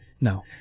No